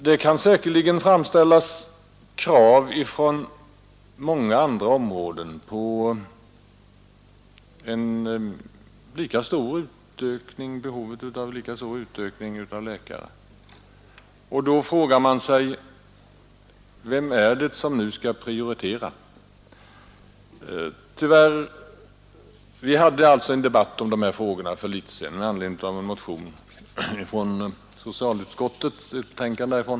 Det kan säkerligen från många andra områden anges ett lika stort behov av utökning av antalet läkare. Då frågar man sig: Vem är det nu som skall prioritera? Vi hade alltså en debatt om dessa frågor för litet sedan med anledning av ett betänkande från socialutskottet.